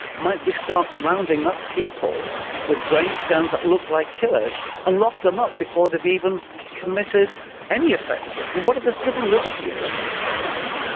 might we start rounding up people with brain scans that look like killers and lock them up before they've even committed any offence and what are the civil liberty implications of that?